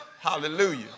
Hallelujah